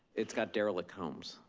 it's got derelict homes.